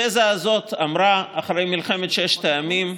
התזה הזאת אמרה אחרי מלחמת ששת הימים: